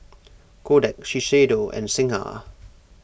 Kodak Shiseido and Singha